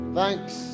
Thanks